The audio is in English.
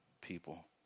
people